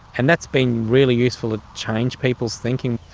and that's been really useful to change people's thinking.